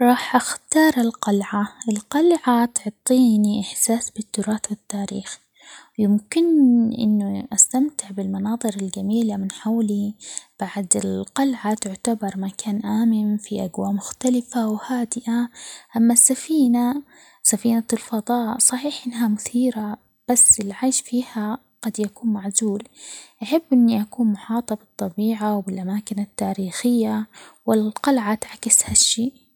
راح أختار القلعة، القلعة تعطيني إحساس بالتراث ، والتاريخ، يمكنّ أنه استمتع بالمناظر الجميلة من حولي ،بعد القلعة تعتبر مكان آمن فيه أجواء مختلفة وهادئة، أما السفينة ،سفينة الفضاء صحيح إنها مثيرة، بس العيش فيها قد يكون معزول، أحب إني أكون محاطة بالطبيعة، والأماكن التاريخية، والقلعة تعكس هالشي.